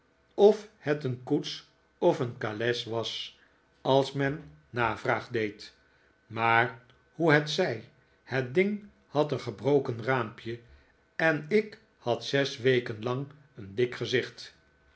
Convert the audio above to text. of het een koets of een kales was als men navraag deed maar hoe het zij het ding had een gebroken raampje en ik had zes weken lang een dik gezicht